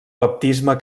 baptisme